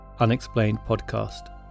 unexplainedpodcast